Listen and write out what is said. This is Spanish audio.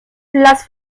las